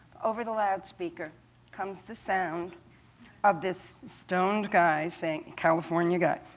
over the loudspeaker comes the sound of this stoned guy saying california guy